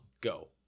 Go